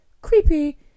creepy